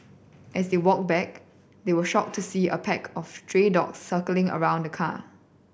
as they walked back they were shocked to see a pack of stray dog circling around the car